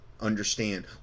understand